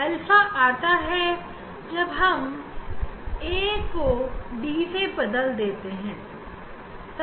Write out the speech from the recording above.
alpha beta के a को d से बदलने से आता है